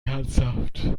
herzhaft